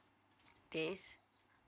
these